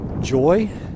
joy